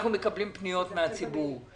אנחנו מקבלים פניות מהציבור,